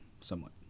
somewhat